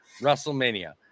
Wrestlemania